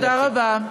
תודה רבה.